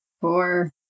four